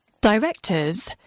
Directors